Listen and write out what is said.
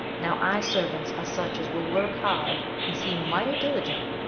now, eye-servants are such as will work hard, and seem mighty diligent,